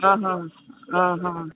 અહં અહં